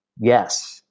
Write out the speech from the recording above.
yes